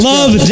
Love